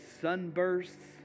Sunbursts